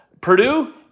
Purdue